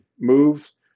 moves